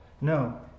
no